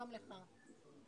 עלה ממקסיקו, לוחם בפיקוד העורף.